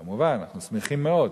כמובן, אנחנו שמחים מאוד.